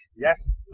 Yes